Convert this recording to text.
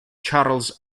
charles